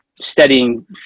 Studying